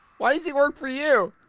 why does he work for you?